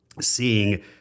seeing